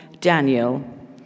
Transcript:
Daniel